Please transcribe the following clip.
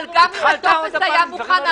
גם אם הטופס היה מוכן,